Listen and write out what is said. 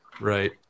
Right